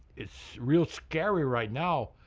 it's real scary right now.